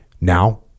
now